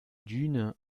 dune